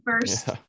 first